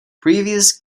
previous